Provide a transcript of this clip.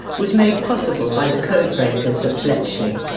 was made possible by the code breakers at bletchley.